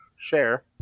Share